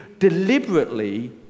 deliberately